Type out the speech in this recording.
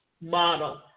model